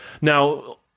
Now